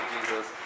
Jesus